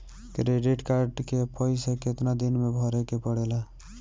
Credit card के पइसा कितना दिन में भरे के पड़ेला?